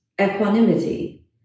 equanimity